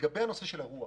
לגבי הנושא של הרוח